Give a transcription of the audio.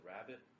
Rabbit